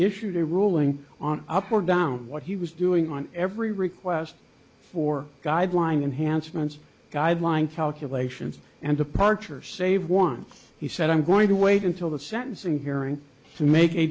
issued a ruling on up or down what he was doing on every request for guideline enhancements guideline calculations and departure save one he said i'm going to wait until the sentencing hearing to make a